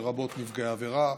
לרבות נפגעי עבירה,